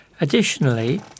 Additionally